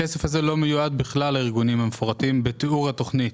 הכסף הזה לא מיועד בכלל לארגונים המפורטים בתיאור התכנית,